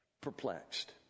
Perplexed